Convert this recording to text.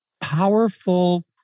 powerful